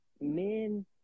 men